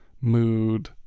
mood